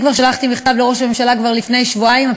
אני שלחתי מכתב לראש הממשלה כבר לפני שבועיים.